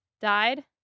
died